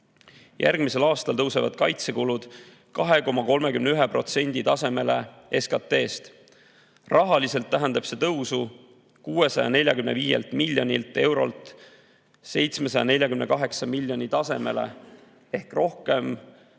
Järgmisel aastal tõusevad kaitsekulud 2,31% tasemele SKT-st. Rahaliselt tähendab see kasvu 645 miljonilt eurolt 748 miljoni tasemele ehk veidi